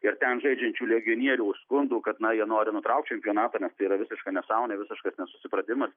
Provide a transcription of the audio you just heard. ir ten žaidžiančių legionierių skundų kad na jie nori nutraukt čempionatą nes tai yra visiška nesąmonė visiškas nesusipratimas